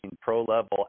pro-level